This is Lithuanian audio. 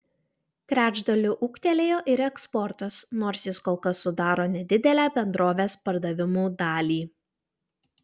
trečdaliu ūgtelėjo ir eksportas nors jis kol kas sudaro nedidelę bendrovės pardavimų dalį